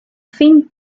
film